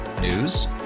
News